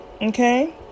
okay